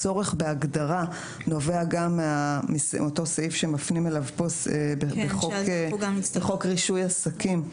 הצורך בהגדרה נובע גם מאותו סעיף שמפנים אליו פה בחוק רישוי עסקים,